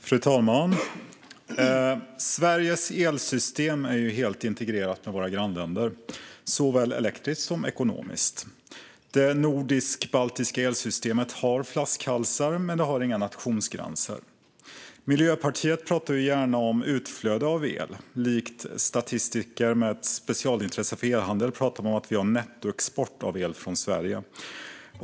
Fru talman! Sveriges elsystem är helt integrerat med våra grannländers såväl elektriskt som ekonomiskt. Det nordisk-baltiska elsystemet har flaskhalsar, men det har inga nationsgränser. Miljöpartiet pratar gärna om utflöde av el. Likt statistiker med specialintresse för elhandel talar de om att vi har nettoexport av el från Sverige.